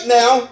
now